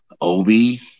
Obi